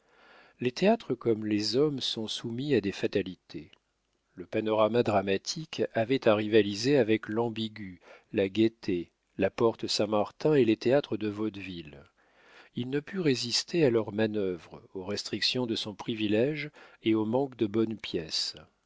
les théâtres comme les hommes sont soumis à des fatalités le panorama dramatique avait à rivaliser avec l'ambigu la gaîté la porte-saint-martin et les théâtres de vaudeville il ne put résister à leurs manœuvres aux restrictions de son privilége et au manque de bonnes pièces